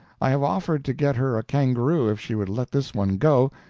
i have offered to get her a kangaroo if she would let this one go,